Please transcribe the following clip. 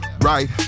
right